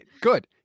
Good